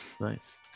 Nice